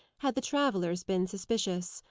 had the travellers been suspicious.